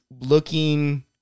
looking